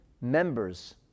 members